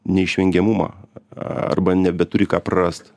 neišvengiamumą arba nebeturi ką prarast